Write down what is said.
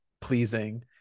pleasing